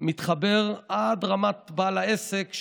מתחבר עד רמת בעל העסק,